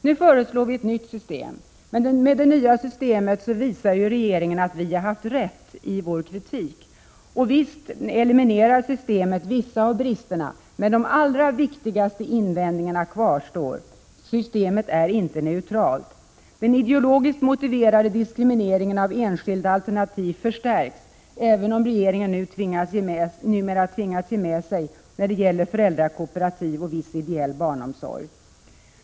Nu föreslås ett nytt system. Med det förslaget visar regeringen att de borgerliga partierna har haft rätt. Det nya systemet eliminerar vissa av bristerna. Men de viktigaste invändningarna kvarstår. Systemet är inte neutralt. Den ideologiskt motiverade diskrimineringen av enskilda alternativ förstärks, även om regeringen numera tvingats ge med sig när det gäller föräldrakooperativ och viss ideell barnomsorg.